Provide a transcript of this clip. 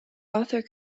author